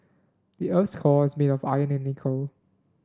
the earth's core is made of iron and nickel